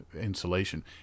insulation